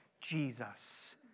Jesus